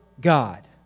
God